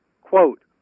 Quote